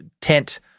tent